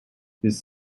his